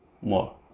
more